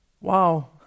wow